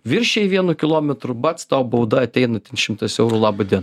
viršijai vienu kilometru bac tau bauda ateina ten šimtas eurų labądien